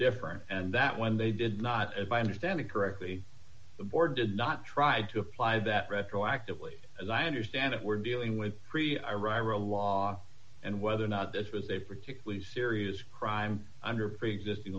different and that when they did not if i understand it correctly the board did not try to apply that retroactively as i understand it we're dealing with a law and whether or not this was a particularly serious crime under preexisting